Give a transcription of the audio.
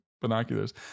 binoculars